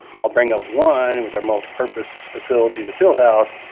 i'll bring up one with our multipurpose facility the field house.